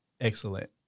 excellent